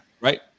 Right